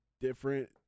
different